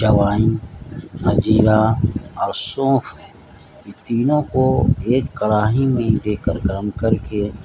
اجوائن زیرہ اور سونف ہے یہ تینوں کو ایک کڑاہی میں لے کر گرم کر کے